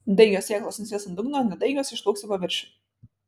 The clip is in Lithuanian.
daigios sėklos nusės ant dugno nedaigios išplauks į paviršių